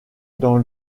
dans